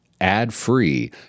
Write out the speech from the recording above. ad-free